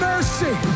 mercy